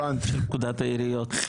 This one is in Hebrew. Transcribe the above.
של פקודת העיריות.